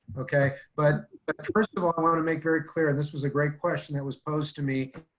okay? but first of all, i wanna make very clear this was a great question that was posed to me,